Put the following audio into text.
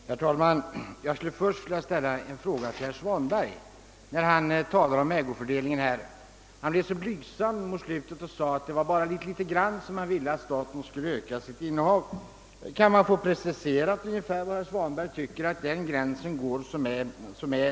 Herr talman! Jag skulle först vilja ställa en fråga till herr Svanberg med anledning av hans uttalande om ägofördelningen. Han blev så blygsam mot slutet av sitt anförande, att han sade att det bara var litet grand som han ville att staten skulle öka sitt innehav. Kan man få preciserat ungefär vad herr Svanberg anser att den gränsen går som är lämplig?